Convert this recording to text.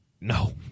no